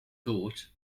thought